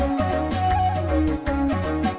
no no no no no